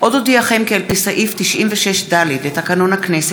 עוד אודיעכם כי על פי סעיף 96(ד) לתקנון הכנסת,